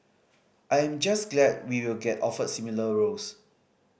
I am just glad we will get offered similar roles